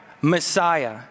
Messiah